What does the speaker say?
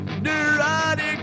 Neurotic